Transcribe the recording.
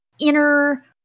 inner